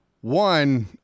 One